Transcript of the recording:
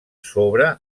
sobre